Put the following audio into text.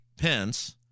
Pence—